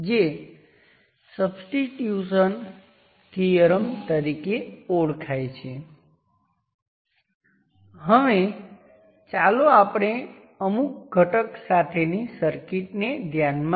જેમ થેવેનિનના થિયોરમ આપણને એક જ વોલ્ટેજ સોર્સ સોર્સ દ્વારા બતાવીશ અને તે અન્ય કોઈ સર્કિટ સાથે જોડાયેલ છે